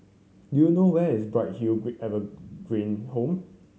do you know where is Bright Hill Evergreen Home